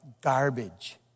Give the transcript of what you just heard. garbage